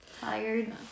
tired